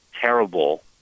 terrible